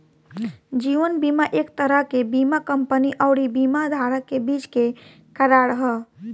जीवन बीमा एक तरह के बीमा कंपनी अउरी बीमा धारक के बीच के करार ह